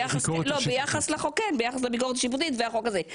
כן, ביחס לביקורת השיפוטית והחוק הזה.